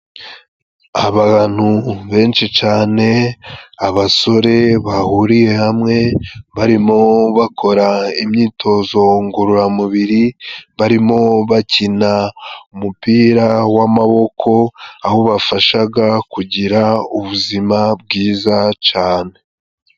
Abantu benshi cane , abasore bahuriye hamwe barimo bakora imyitozo ngororamubiri barimo bakina umupira w'amaboko aho ubafashaga kugira ubuzima bwiza cane.